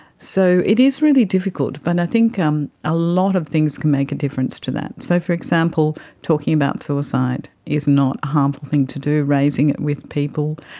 so it is really difficult. but i think um a lot of things can make a difference to that. so, for example, talking about suicide is not a harmful thing to do, raising it with people.